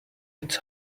its